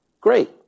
Great